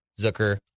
Zucker